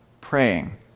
Praying